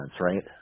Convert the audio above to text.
right